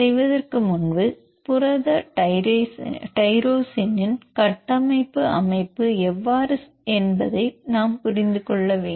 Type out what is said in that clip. செய்வதற்கு முன்பு புரத டைரோசினின் கட்டமைப்பு அமைப்பு எவ்வாறு என்பதை நாம் புரிந்து கொள்ள வேண்டும்